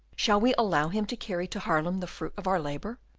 shall we allow him to carry to haarlem the fruit of our labour,